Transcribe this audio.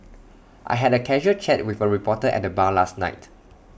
I had A casual chat with A reporter at the bar last night